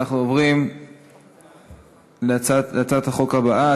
אנחנו עוברים להצעת החוק הבאה,